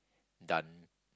done